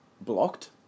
blocked